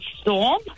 Storm